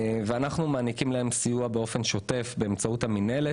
אנחנו מעניקים להם סיוע באופן שוטף באמצעות המינהלת